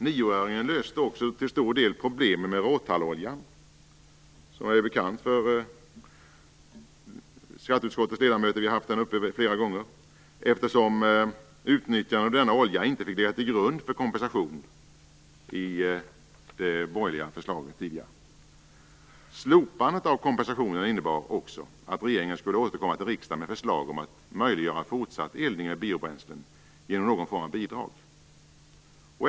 Nioöringen löste också till stor del problemen med råtalloljan, som är bekant för skatteutskottets ledamöter - vi har haft frågan uppe flera gånger - eftersom utnyttjandet av denna olja inte fick ligga till grund för kompensation i det borgerliga förslaget tidigare. Slopandet av kompensationen innebar också att regeringen skulle återkomma till riksdagen med förslag om att möjliggöra fortsatt eldning med biobränslen genom någon form av bidrag.